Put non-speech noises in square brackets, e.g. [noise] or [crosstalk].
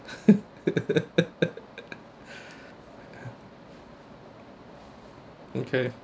[laughs] okay